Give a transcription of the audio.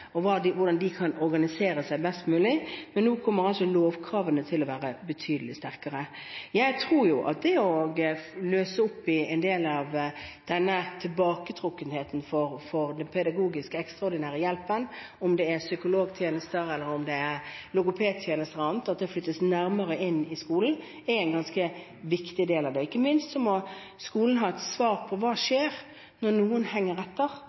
hvordan de kan organisere seg best mulig, men nå kommer altså lovkravene til å være betydelig sterkere. Jeg tror at det å løse opp i en del av denne tilbaketrukketheten for den pedagogiske ekstraordinære hjelpen, om det er psykologtjenester eller om det er logopedtjenester eller annet, og at det flyttes nærmere inn i skolen, er en ganske viktig del av det. Ikke minst må skolen ha et svar på: Hva skjer når noen henger etter?